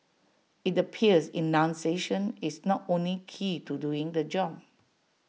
IT appears enunciation is not only key to doing the job